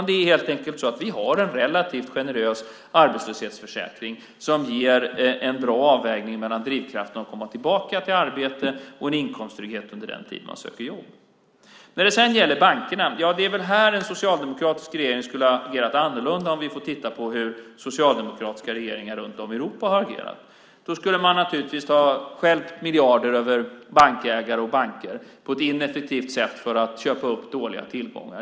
Det är helt enkelt så att vi har en relativt generös arbetslöshetsförsäkring som ger en bra avvägning mellan drivkraften att komma tillbaka till arbete och en inkomsttrygghet under den tid man söker jobb. Det är väl när det gäller bankerna som en socialdemokratisk regering skulle ha agerat annorlunda - sett till hur socialdemokratiska regeringar runt om i Europa har agerat. Man skulle naturligtvis på ett ineffektivt sätt ha stjälpt miljarder över bankägare och banker för att köpa upp dåliga tillgångar.